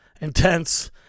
intense